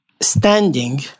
standing